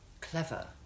clever